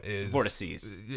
Vortices